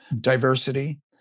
diversity